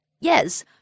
Yes